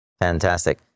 Fantastic